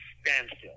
standstill